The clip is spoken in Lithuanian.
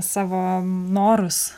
savo norus